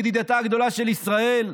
ידידתה הגדולה של ישראל,